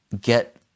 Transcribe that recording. get